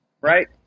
Right